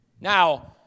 Now